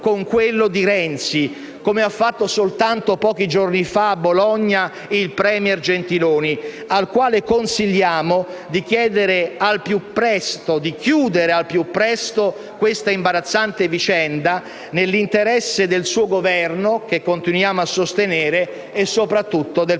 con quello di Renzi, come ha fatto soltanto pochi giorni fa a Bologna il *premier* Gentiloni, al quale consigliamo di chiudere al più presto questa imbarazzante vicenda nell'interesse del suo Governo, che continuiamo a sostenere, e soprattutto del